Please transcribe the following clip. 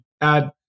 add